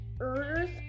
earth